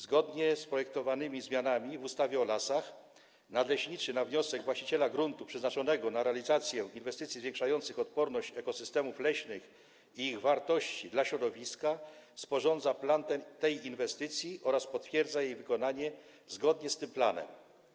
Zgodnie z projektowanymi zmianami w ustawie o lasach nadleśniczy na wniosek właściciela gruntu przeznaczonego na realizację inwestycji zwiększających odporność ekosystemów leśnych i ich wartość dla środowiska sporządza plan tej inwestycji oraz potwierdza jej wykonanie zgodnie z tym planem.